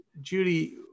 Judy